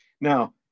Now